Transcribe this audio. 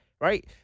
right